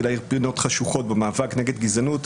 כדי להאיר פינות חשוכות במאבק נגד גזענות.